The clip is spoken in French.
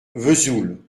vesoul